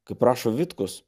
kaip rašo vitkus